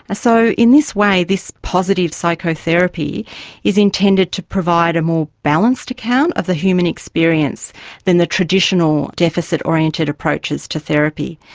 ah so in this way this positive psychotherapy is intended to provide a more balanced account of the human experience than the traditional deficit-oriented approaches to therapy.